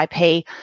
IP